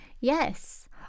Yes